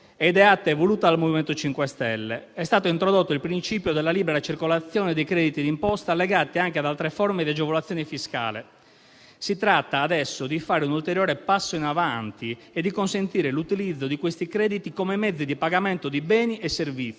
ideata e voluta dal MoVimento 5 Stelle. È stato introdotto il principio della libera circolazione dei crediti d'imposta, allargato anche ad altre forme di agevolazione fiscale. Si tratta adesso di fare un ulteriore passo in avanti e di consentire l'utilizzo di questi crediti come mezzi di pagamento di beni e servizi,